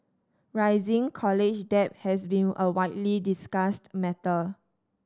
rising college debt has been a widely discussed matter